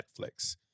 Netflix